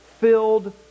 filled